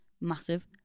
Massive